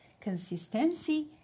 consistency